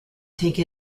take